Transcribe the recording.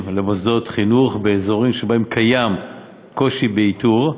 למוסדות חינוך באזורים שבהם קיים קושי באיתור,